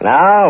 Now